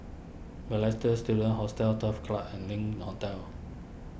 Balestier Student Hostel Turf Club and Link Hotel